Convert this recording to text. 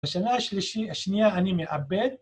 ‫בשנה השלישי... השנייה אני מאבד.